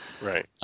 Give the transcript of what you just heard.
Right